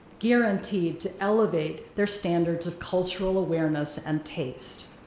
guaranteed to elevate their standards of cultural awareness and taste.